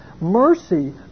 mercy